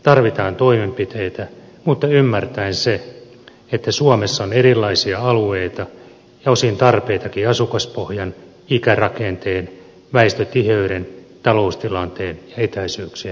tarvitaan toimenpiteitä mutta ymmärtäen että suomessa on erilaisia alueita ja osin tarpeitakin asukaspohjan ikärakenteen väestötiheyden taloustilanteen ja etäisyyksien osalta